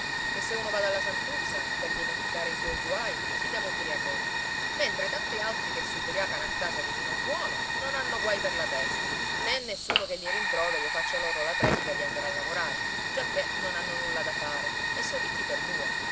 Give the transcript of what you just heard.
che se uno va dalla santuzza per dimenticare i suoi guai si chiama ubbriacone mentre tanti altri che si ubbriacano a casa di vino buono non hanno guai per la testa né nessuno che li rimproveri o faccia loro la predica di andare a lavorare giacché non hanno nulla da fare e son ricchi per due